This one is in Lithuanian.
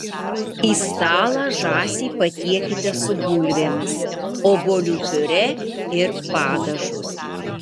į stalą žąsį patiekite su bulvėmis obuolių piurė ir padažu